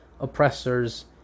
oppressors